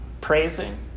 praising